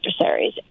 adversaries